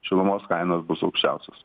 šilumos kainos bus aukščiausios